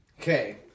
Okay